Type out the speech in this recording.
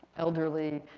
elderly,